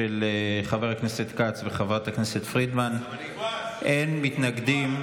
של חבר הכנסת כץ וחברת הכנסת פרידמן, אין מתנגדים,